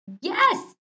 Yes